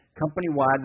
company-wide